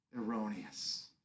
erroneous